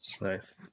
Nice